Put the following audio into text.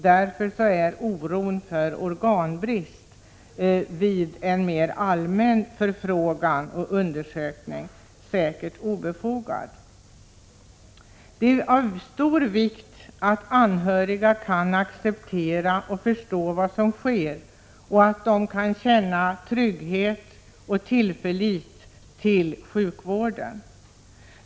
Därför är oron för organbrist, som framkommit vid en mera allmän förfrågan, säkert obefogad. Det är av stor vikt att anhöriga accepterar och förstår vad som sker och att de kan känna trygghet i och tillförlit till sjukvården.